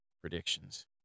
predictions